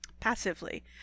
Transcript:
passively